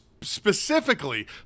specifically